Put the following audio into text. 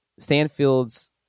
Sandfield's